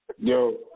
Yo